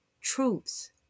truths